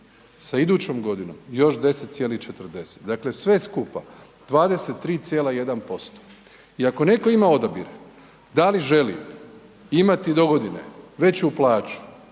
Sa idućom godinom još 10,40. Dakle sve skupa 23,1%. I ako netko ima odabir da li želi imati dogodine veću plaću